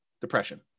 depression